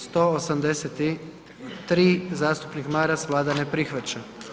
183. zastupnik Maras, Vlada ne prihvaća.